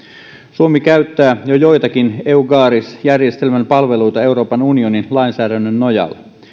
suomi käyttää jo joitakin eucaris järjestelmän palveluita euroopan unionin lainsäädännön nojalla